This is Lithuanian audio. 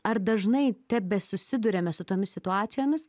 ar dažnai tebesusiduriame su tomis situacijomis